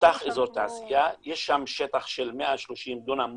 פותח אזור תעשייה, יש שם שטח של 130 דונם מפותח,